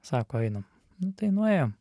sako einam nu tai nuėjom